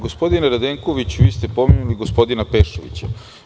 Gospodine Radenkoviću, vi ste pomenuli gospodina Pešovića.